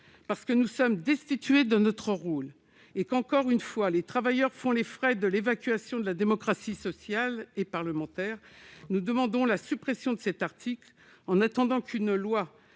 Nous sommes destitués de notre rôle. Encore une fois, les travailleurs font les frais de l'éviction de la démocratie sociale et parlementaire. Nous demandons la suppression de cet article, dans l'attente d'une loi